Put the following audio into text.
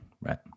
right